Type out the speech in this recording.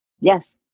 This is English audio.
Yes